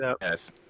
Yes